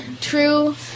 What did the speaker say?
true